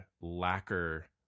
lacquer